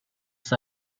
赛季